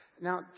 Now